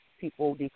people